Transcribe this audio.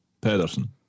Pedersen